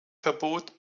verbot